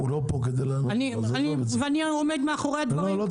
ואני עומד מאחורי הדברים האלה -- הוא לא פה כדי לענות.